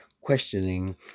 questioning